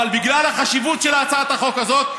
בגלל החשיבות של הצעת החוק הזאת,